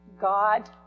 God